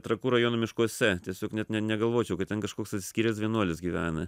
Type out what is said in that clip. trakų rajono miškuose tiesiog net negalvočiau kad ten kažkoks atsiskyręs vienuolis gyvena